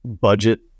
budget